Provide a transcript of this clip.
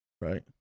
Right